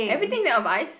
everything made of ice